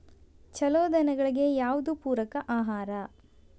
ಛಲೋ ದನಗಳಿಗೆ ಯಾವ್ದು ಪೂರಕ ಆಹಾರ?